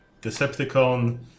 Decepticon